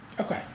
Okay